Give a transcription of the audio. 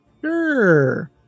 Sure